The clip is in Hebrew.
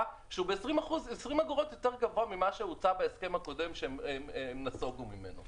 שהוא ב-20 אגורות יותר גבוה ממה שהוצע בהסכם הקודם שהם נסוגו ממנו.